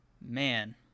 man